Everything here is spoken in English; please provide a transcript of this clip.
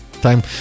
Time